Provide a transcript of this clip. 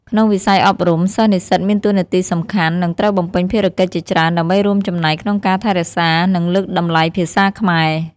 ក្នុងវិស័យអប់រំ សិស្សនិស្សិតមានតួនាទីសំខាន់ និងត្រូវបំពេញភារកិច្ចជាច្រើនដើម្បីរួមចំណែកក្នុងការថែរក្សា និងលើកតម្លៃភាសាខ្មែរ។